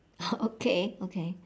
okay okay